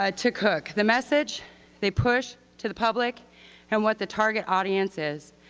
ah to cook, the message they push to the public and what the target audience is,